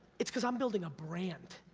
it's cause i'm building a brand,